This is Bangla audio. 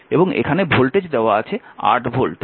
এবং এখানে ভোল্টেজ দেওয়া আছে 8 ভোল্ট